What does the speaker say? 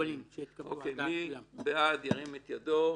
מי בעד, ירים את ידו.